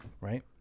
Right